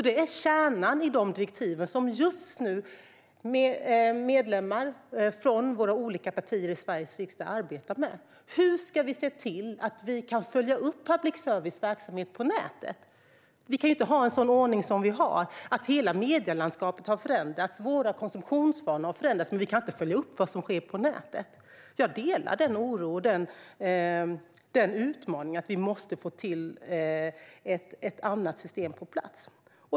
Det är alltså kärnan i de direktiv som medlemmar i våra olika riksdagspartier just nu arbetar med. Hur ska vi se till att vi kan följa upp public services verksamhet på nätet? Vi kan inte ha den ordning som vi har. Hela medielandskapet har förändrats. Våra konsumtionsvanor har förändrats, men vi kan inte följa upp vad som sker på nätet. Jag delar oron och ser det som en utmaning att vi måste få ett annat system på plats.